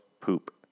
Poop